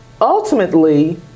ultimately